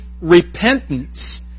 repentance